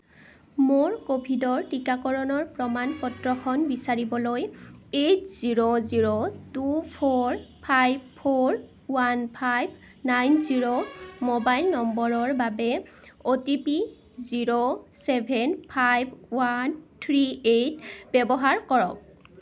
মোৰ ক'ভিডৰ টীকাকৰণৰ প্ৰমাণ পত্ৰখন বিচাৰিবলৈ eight zero zero two four five four one five nine zero mobile নম্বৰৰ বাবে O T P zero seven five one three eight ব্যৱহাৰ কৰক